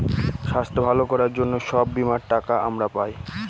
স্বাস্থ্য ভালো করার জন্য সব বীমার টাকা আমরা পায়